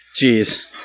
Jeez